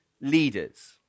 leaders